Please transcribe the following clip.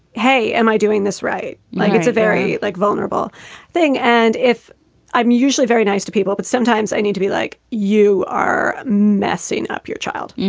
hey, am i doing this right? like, it's a very like vulnerable thing. and if i'm usually very nice to people, but sometimes i need to be like, you are messing up your child.